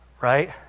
Right